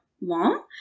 mom